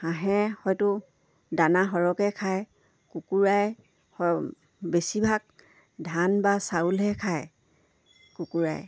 হাঁহে হয়তো দানা সৰহকৈ খায় কুকুৰাই সৰ বেছিভাগ ধান বা চাউলহে খায় কুকুৰাই